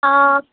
অঁ